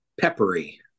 peppery